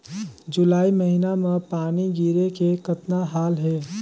जुलाई महीना म पानी गिरे के कतना हाल हे?